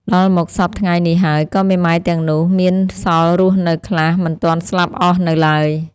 ដល់មកសព្វថ្ងៃនេះហើយ ក៏មេម៉ាយទាំងនោះ មានសល់រស់នៅខ្លះ មិនទាន់ស្លាប់អស់នៅឡើយ ។